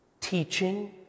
teaching